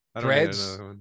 Threads